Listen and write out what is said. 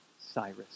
Cyrus